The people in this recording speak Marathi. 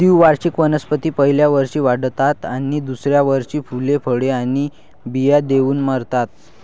द्विवार्षिक वनस्पती पहिल्या वर्षी वाढतात आणि दुसऱ्या वर्षी फुले, फळे आणि बिया देऊन मरतात